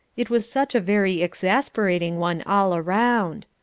it was such a very exasperating one all around.